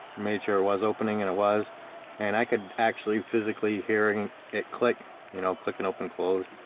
major was opening and it was and i could actually physically hearing it click you know click and open closed,